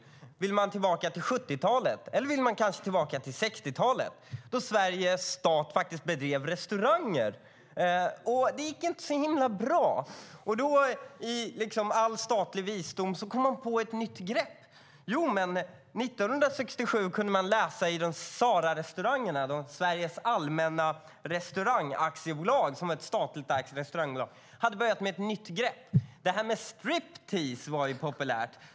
Vill man tillbaka till 1970-talet, eller vill man kanske tillbaka till 1960-talet? Då drev svenska staten faktiskt restauranger. Det gick inte så himla bra. I all statlig visdom kom man då på ett nytt grepp. År 1967 kunde man läsa att Sararestaurangerna, Sveriges allmänna restaurangaktiebolag som var ett statligt ägt restaurangbolag, hade börjat med ett nytt grepp; det här med striptease var populärt.